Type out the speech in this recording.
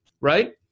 right